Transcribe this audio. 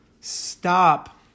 stop